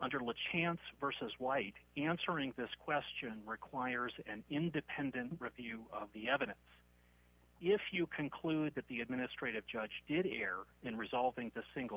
under let chance versus white answering this question requires an independent review of the evidence if you conclude that the administrative judge did err in resolving the single